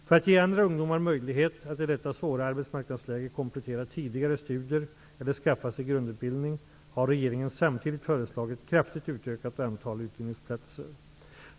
För att ge andra ungdomar möjlighet att i detta svåra arbetsmarknadsläge komplettera tidigare studier eller skaffa sig en grundutbildning har regeringen samtidigt föreslagit ett kraftigt utökat antal utbildningsplatser.